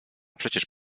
przecież